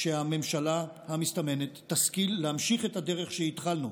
שהממשלה המסתמנת תשכיל להמשיך את הדרך שהתחלנו.